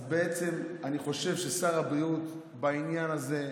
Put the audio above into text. אז בעצם אני חושב ששר הבריאות בעניין הזה,